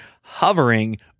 hovering